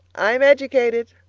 i'm educated!